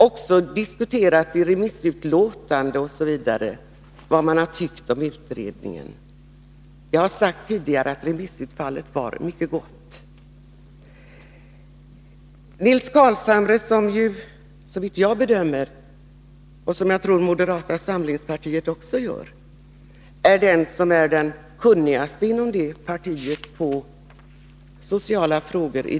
Också av remissutlåtanden osv. framgår vad man tyckt om utredningen. Jag har tidigare sagt att remissutfallet var mycket gott. Nils Carlshamre — det är min bedömning, och förmodligen gör också moderata samlingspartiets ledamöter samma bedömning — är den kunnigaste inom sitt parti när det gäller sociala frågor.